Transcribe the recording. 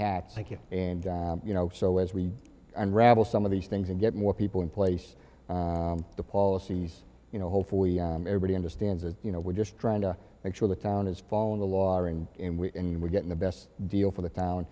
hats and you know so as we unravel some of these things and get more people in place the policies you know hopefully everybody understands that you know we're just trying to make sure the town is following the law during and we're getting the best deal for the town